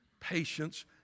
patience